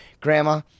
Grandma